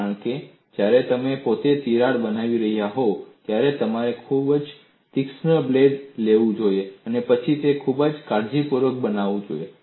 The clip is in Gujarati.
કારણ કે જ્યારે તમે પોતે તિરાડ બનાવી રહ્યા હોવ ત્યારે તમારે ખૂબ જ તીક્ષ્ણ બ્લેડ લેવું જોઈએ અને પછી તેને ખૂબ જ કાળજીપૂર્વક બનાવવું જોઈએ